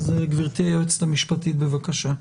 אז, גברתי היועצת המשפטית, בבקשה.